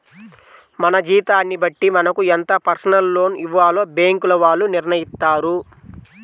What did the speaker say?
మన జీతాన్ని బట్టి మనకు ఎంత పర్సనల్ లోన్ ఇవ్వాలో బ్యేంకుల వాళ్ళు నిర్ణయిత్తారు